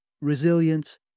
resilience